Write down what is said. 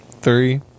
Three